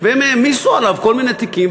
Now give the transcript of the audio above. והם העמיסו עליו כל מיני תיקים,